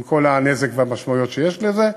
עם כל הנזק והמשמעויות שיש לזה.